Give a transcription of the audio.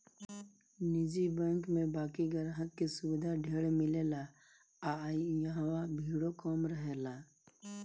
निजी बैंक में बाकि ग्राहक के सुविधा ढेर मिलेला आ इहवा भीड़ो कम रहेला